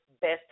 best